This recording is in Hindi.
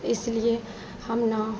इसलिए हम ना